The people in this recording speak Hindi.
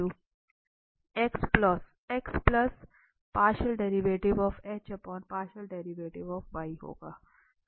तो यहां पर यह होगा